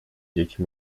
dzieci